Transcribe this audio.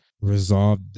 resolve